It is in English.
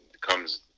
comes